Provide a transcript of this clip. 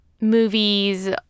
movies